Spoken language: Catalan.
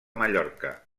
mallorca